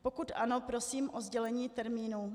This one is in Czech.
Pokud ano, prosím o sdělení termínu.